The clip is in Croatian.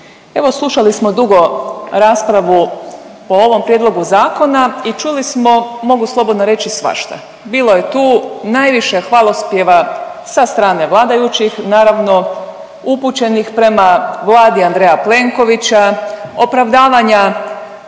evo slušali smo dugo raspravu o ovom prijedlogu zakonu i čuli smo mogu slobodno reći svašta. Bilo je tu najviše hvalospjeva sa strane vladajućih naravno upućenih prema Vladi Andreja Plenkovića, opravdavanja